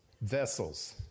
vessels